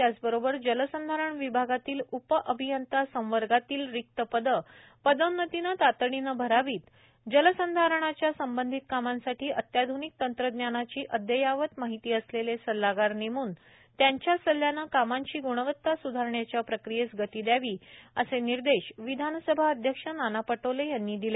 याचबरोबर जलसंधारण विभागातील उपअभियंता संवर्गातील रिक्त पदे पदोन्नतीने तातडीने भरावीत जलसंधारणाच्या संबंधित कामांसाठी अत्याध्निक तंत्रज्ञानाची अदययावत माहिती असलेले सल्लागार नेमून त्यांच्या सल्ल्याने कामांची ग्णवत्ता सुधारण्याच्या प्रक्रियेस गती द्यावी असे निर्देश विधानसभा अध्यक्ष नाना पटोले यांनी दिले